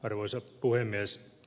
arvoisa puhemies